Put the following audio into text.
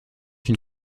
une